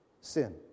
sin